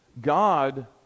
God